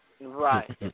Right